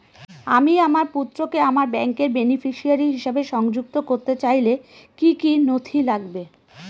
আমি আমার পুত্রকে আমার ব্যাংকের বেনিফিসিয়ারি হিসেবে সংযুক্ত করতে চাইলে কি কী নথি লাগবে?